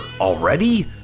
already